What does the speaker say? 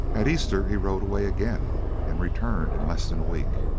at easter he rode away again and returned in less than a week.